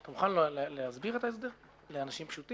אתה מוכן להסביר את ההסדר לאנשים פשוטים?